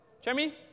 Jeremy